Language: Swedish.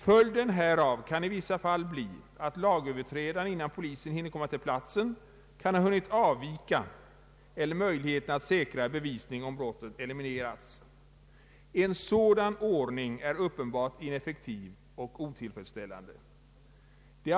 Följden härav kan i vissa fall bli att lagöverträdaren, innan polisen hinner komma till platsen, kan ha hunnit avvika eller att möjligheterna att säkra bevisning om brottet eliminerats. En sådan ordning är uppenbart ineffektiv och otillfredsställande.